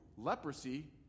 Leprosy